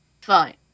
Fine